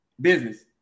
Business